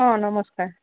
অঁ নমস্কাৰ